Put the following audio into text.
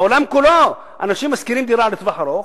בעולם כולו אנשים שוכרים דירה לטווח ארוך,